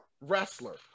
wrestler